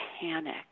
panic